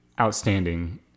outstanding